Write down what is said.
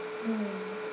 mm